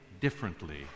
differently